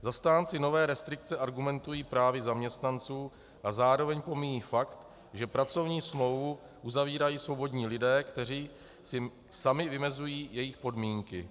Zastánci nové restrikce argumentují právy zaměstnanců a zároveň pomíjejí fakt, že pracovní smlouvu uzavírají svobodní lidé, kteří si sami vymezují její podmínky.